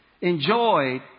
enjoyed